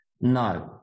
No